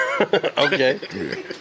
Okay